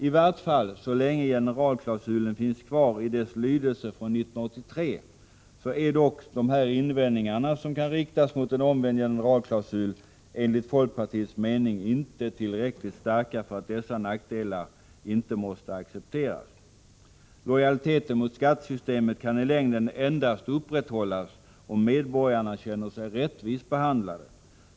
I varje fall så länge generalklausulen finns kvar i sin lydelse från 1983 är dock de invändningar som kan riktas mot en omvänd generalklausul enligt folkpartiets mening inte tillräckligt starka för att dessa nackdelar inte måste accepteras. Lojaliteten mot skattesystemet kan i längden upprätthållas endast om medborgarna känner sig rättvist behandlade.